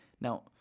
Now